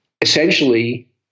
Essentially